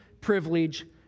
privilege